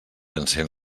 encén